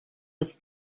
its